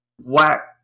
whack